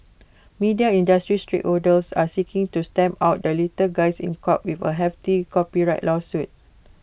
media industry stakeholders are seeking to stamp out the little guys in court with A hefty copyright lawsuit